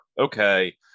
okay